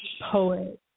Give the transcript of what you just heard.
poet